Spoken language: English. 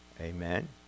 Amen